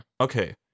Okay